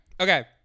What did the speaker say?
Okay